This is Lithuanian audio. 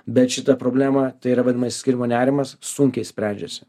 bet šitą problemą tai yra vadinama išsiskyrimo nerimas sunkiai sprendžiasi